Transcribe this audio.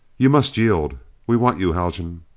you must yield. we want you, haljan.